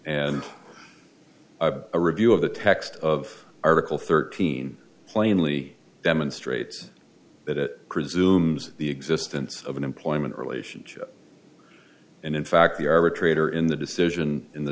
and a review of the text of article thirteen plainly demonstrates that it presumes the existence of an employment relationship and in fact the arbitrator in the decision in the